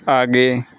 आगे